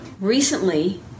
Recently